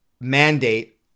mandate